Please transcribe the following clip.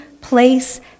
place